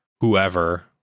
whoever